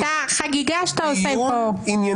החקיקה שאתה עושה פה, קרקס.